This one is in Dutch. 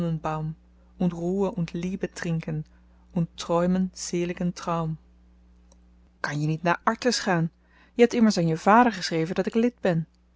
liebe trinken und träumen seligen traum kan je niet naar artis gaan je hebt immers aan je vader geschreven dat ik lid ben